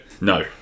no